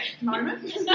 moment